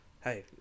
hey